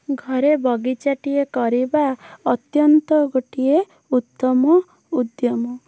ଘରେ ବଗିଚାଟିଏ କରିବା ଅତ୍ୟନ୍ତ ଗୋଟିଏ ଉତ୍ତମ ଉଦ୍ୟମ